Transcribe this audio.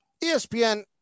espn